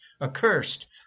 accursed